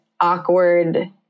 awkward